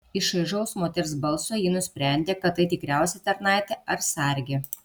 iš šaižaus moters balso ji nusprendė kad tai tikriausiai tarnaitė ar sargė